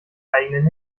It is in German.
eigenen